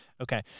Okay